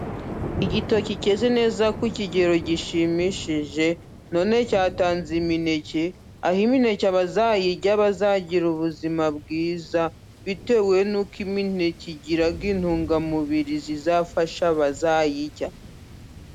Igitoki cyeze neza ku kigero gishimishije none cyatanze imineke, aho imineke bazayirya bazagira ubuzima bwiza ,bitewe n'uko imineke igira intungamubiri zizafasha abazayirya.